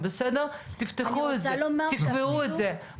תפתחו את זה, תקבעו את זה.